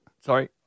Sorry